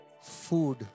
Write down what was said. food